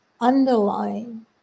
underlying